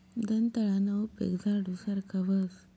दंताळाना उपेग झाडू सारखा व्हस